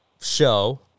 show